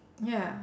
ya